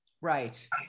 Right